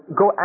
go